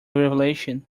revelation